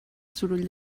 soroll